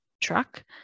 truck